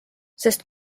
sest